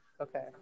Okay